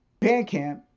Bandcamp